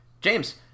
James